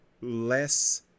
less